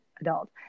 adult